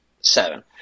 Seven